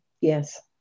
Yes